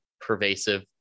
pervasive